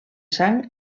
sang